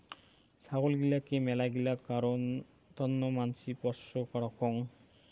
ছাগল গিলাকে মেলাগিলা কারণ তন্ন মানসি পোষ্য রাখঙ